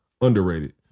underrated